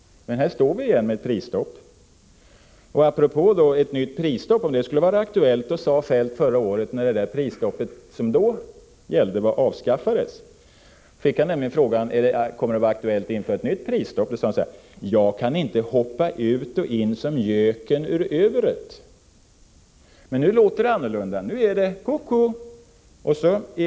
Men här står vi igen med ett prisstopp. Apropå om ett nytt prisstopp skulle vara aktuellt sade Feldt förra året, när det prisstopp som då var aktuellt avskaffades: ”Jag kan inte hoppa ut och in som göken ur uret.” Men nu låter det annorlunda. Nu är det ”kucku”.